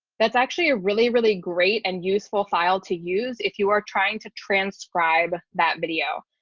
that's actually a really, really great and useful file to use if you are trying to transcribe that video.